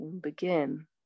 begin